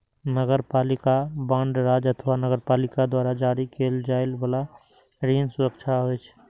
नगरपालिका बांड राज्य अथवा नगरपालिका द्वारा जारी कैल जाइ बला ऋण सुरक्षा होइ छै